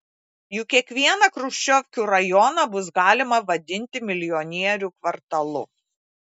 juk kiekvieną chruščiovkių rajoną bus galima vadinti milijonierių kvartalu